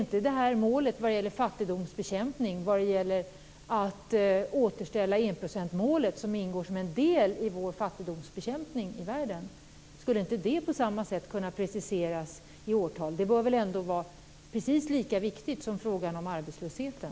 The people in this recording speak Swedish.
Men skulle inte målet vad gäller fattigdomsbekämpningen och återställandet av enprocentsmålet, som ingår som en del i vår fattigdomsbekämpning i världen, på samma sätt kunna preciseras i årtal? Detta bör vara precis lika viktigt som frågan om arbetslösheten.